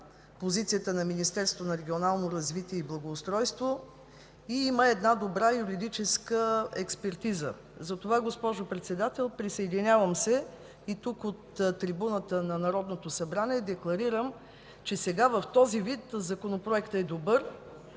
позицията на Министерството на регионалното развитие и благоустройството, и има една юридическа експертиза. Затова, госпожо Председател, присъединявам се и тук, от трибуната на Народното събрание, декларирам, че сега, в този вид, законопроектът е добър.